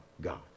God